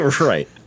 right